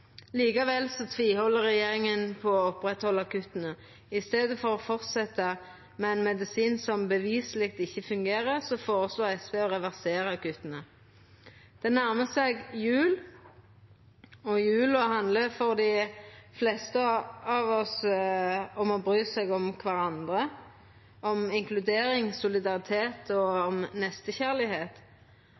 regjeringa på å halda ved lag kutta. I staden for å fortsetja med ein medisin som beviseleg ikkje fungerer, føreslår SV å reversera kutta. Det nærmar seg jul, og jula handlar for dei fleste av oss om å bry seg om kvarandre, om inkludering, om solidaritet og om